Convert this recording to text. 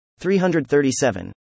337